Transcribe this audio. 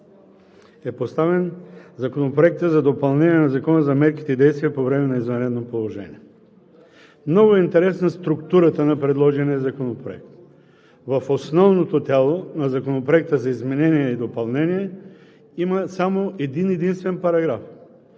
е поставен Законопроектът за допълнение на Закона за мерките и действията по време на извънредното положение. Много е интересна структурата на предложения законопроект. В основното тяло на Законопроекта за изменение и допълнение има само един-единствен параграф.